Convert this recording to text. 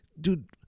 Dude